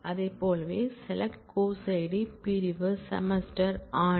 அதைப் போலவே SELECT course Id பிரிவு செமஸ்டர் ஆண்டு